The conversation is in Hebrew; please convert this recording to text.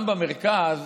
גם במרכז,